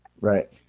Right